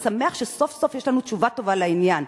אני שמח שסוף-סוף יש לנו תשובה טובה לעניין.